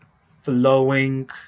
flowing